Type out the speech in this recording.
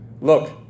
Look